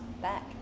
back